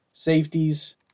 safeties